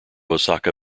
osaka